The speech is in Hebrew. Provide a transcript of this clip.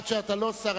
עד שאתה לא שר,